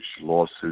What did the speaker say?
lawsuits